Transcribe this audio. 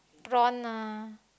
prawn ah